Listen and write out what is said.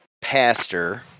pastor